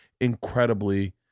incredibly